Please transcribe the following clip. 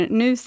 nu